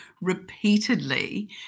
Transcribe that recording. repeatedly